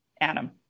Adam